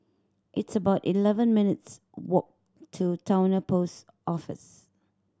it's about eleven minutes' walk to Towner Post Office